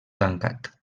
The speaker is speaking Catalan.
tancat